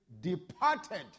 departed